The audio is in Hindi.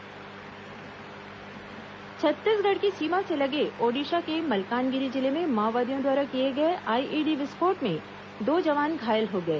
आईईडी विस्फोट जवान घायल छत्तीसगढ़ की सीमा से लगे ओडिशा के मल्कानगिरी जिले में माओवादियों द्वारा किए गए आईईडी विस्फोट में दो जवान घायल हो गए